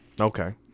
Okay